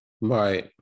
Right